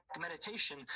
meditation